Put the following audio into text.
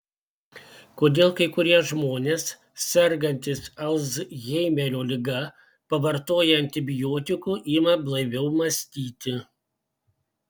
kodėl kai kurie žmonės sergantys alzheimerio liga pavartoję antibiotikų ima blaiviau mąstyti